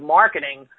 marketing